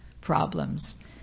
problems